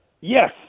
yes